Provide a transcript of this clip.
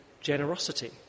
generosity